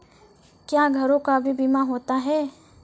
क्या घरों का भी बीमा होता हैं?